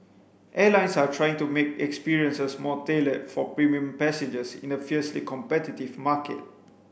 airlines are trying to make experiences more tailored for premium passengers in a fiercely competitive market